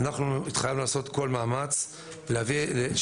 אנחנו התחייבנו לעשות כל מאמץ שהוועדה,